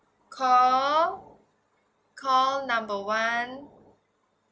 call call number one